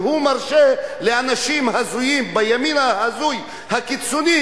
והוא מרשה לאנשים הזויים בימין ההזוי הקיצוני